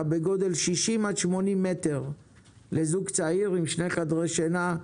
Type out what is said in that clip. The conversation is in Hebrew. בגודל 60-80 מטרים לזוג צעיר עם שני חדרי שינה,